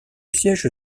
siège